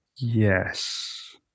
Yes